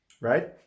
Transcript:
right